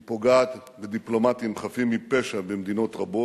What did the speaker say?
היא פוגעת בדיפלומטים חפים מפשע במדינות רבות.